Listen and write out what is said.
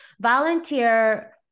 Volunteer